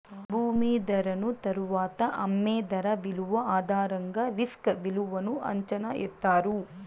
భూమి ధరను తరువాత అమ్మే ధర విలువ ఆధారంగా రిస్క్ విలువను అంచనా ఎత్తారు